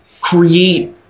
create